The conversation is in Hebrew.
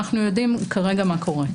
אנחנו יודעים מה קורה.